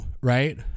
right